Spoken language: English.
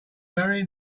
very